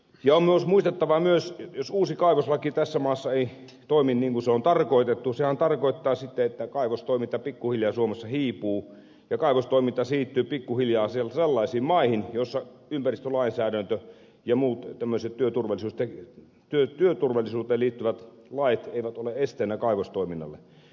ja on muistettava myös että jos uusi kaivoslaki tässä maassa ei toimi niin kuin se on tarkoitettu niin sehän tarkoittaa sitten että kaivostoiminta pikkuhiljaa suomessa hiipuu ja kaivostoiminta siirtyy pikkuhiljaa sellaisiin maihin joissa ympäristölainsäädäntö ja muut tämmöiset työturvallisuuteen liittyvät lait eivät ole esteenä kaivostoiminnalle